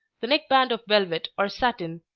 the neck-band of velvet or satin,